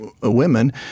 women